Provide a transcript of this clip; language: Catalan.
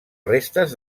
restes